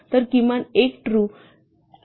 तर किमान एक ट्रू असल्यास x किंवा y ट्रू आहे